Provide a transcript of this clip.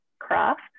craft